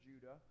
Judah